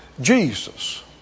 Jesus